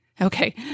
Okay